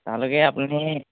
তালৈকে আপুনি